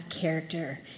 character